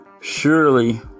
Surely